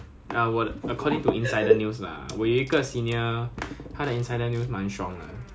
even though 他已经 graduate I mean even though 他已经 O_R_D 了 lah but 他还是会跟他们一起去吃 lunch